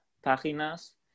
páginas